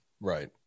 Right